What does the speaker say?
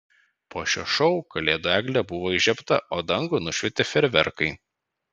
po šio šou kalėdų eglė buvo įžiebta o dangų nušvietė fejerverkai